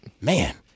Man